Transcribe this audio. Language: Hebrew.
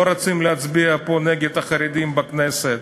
לא רוצים להצביע פה נגד החרדים, בכנסת,